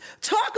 Talk